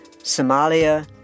Somalia